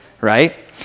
right